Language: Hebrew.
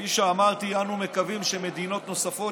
כפי שאמרתי, אנו מקווים שמדינות נוספות